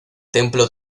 templo